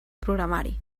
programari